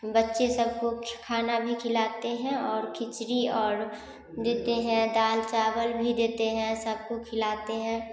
बच्चे सब को खाना भी खिलाते हैं और खिचड़ी और देते हैं दाल चावल भी देते हैं सबको खिलाते हैं